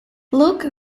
luke